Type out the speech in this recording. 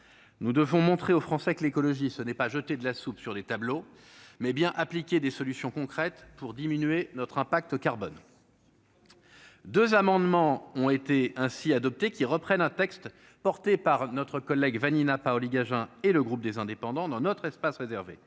nous devons montrer aux Français que l'écologie, ce n'est pas jeté de la soupe sur des tableaux mais bien appliquer des solutions concrètes pour diminuer notre impact carbone. 2 amendements ont été ainsi adopté qui reprennent un texte porté par notre collègue Vanina Paoli-Gagin et le groupe des indépendants dans notre espace réservé,